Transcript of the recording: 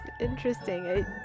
interesting